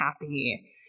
happy